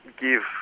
give